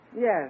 Yes